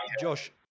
Josh